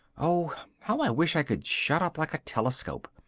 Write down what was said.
oh, how i wish i could shut up like a telescope!